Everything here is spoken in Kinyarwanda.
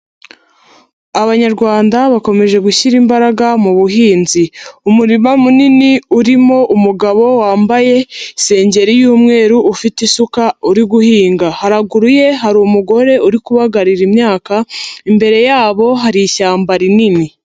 Abanyarwanda bakomeje gushyira imbaraga mu buhinzi, umurima munini urimo umugabo wambaye isengeri y'umweru ufite isuka uri guhinga, haraguru ye hari umugore uri kubagarira imyaka, imbere yabo hari ishyamba rinini.